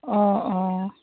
অঁ অঁ